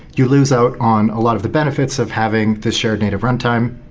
you lose out on a lot of the benefits of having the shared native runtime,